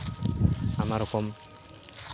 ᱟᱭᱢᱟ ᱨᱚᱠᱚᱢ